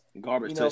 Garbage